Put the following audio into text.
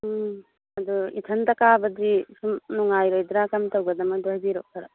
ꯎꯝ ꯑꯗꯨ ꯏꯊꯟꯇ ꯀꯥꯕꯗꯤ ꯁꯨꯝ ꯅꯨꯡꯉꯥꯏꯔꯣꯏꯗ꯭ꯔ ꯀꯔꯝ ꯇꯧꯒꯗꯕꯅꯣ ꯑꯗꯨ ꯍꯥꯏꯕꯤꯔꯛꯑꯣ